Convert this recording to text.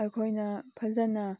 ꯑꯩꯈꯣꯏꯅ ꯐꯖꯅ